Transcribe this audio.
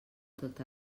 tot